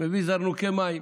מביא זרנוקי מים.